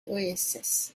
oasis